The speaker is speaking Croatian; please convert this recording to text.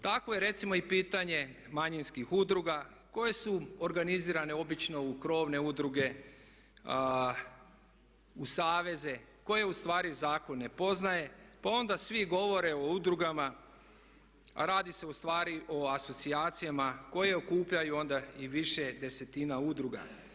Tako je recimo i pitanje manjinskih udruga koje su organizirane obično u krovne udruge, u saveze, koje ustvari zakon ne poznaje, pa onda svi govore o udrugama a radi se ustvari o asocijacijama koje okupljaju onda i više desetina udruga.